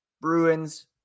Bruins